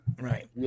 Right